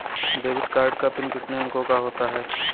Debit card का PIN कितने अंकों का होता है?